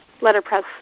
letterpress